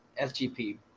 SGP